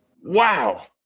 Wow